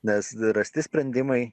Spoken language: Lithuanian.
nes rasti sprendimai